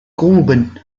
gruben